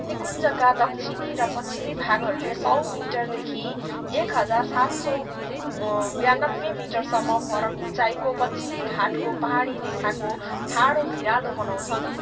निकुञ्जका दक्षिणी र पश्चिमी भागहरूले सौ मिटरदेखि एक हजार सात सौ ब्यानब्बे मिटरसम्म फरक उचाइको पश्चिमी घाटको पाहाडी रेखाको ठाडो भिरालो बनाउँछन्